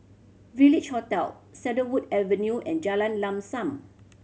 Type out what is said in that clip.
Village Hotel Cedarwood Avenue and Jalan Lam Sam